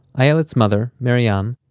ayelet's mother, miriam,